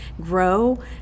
grow